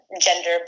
gender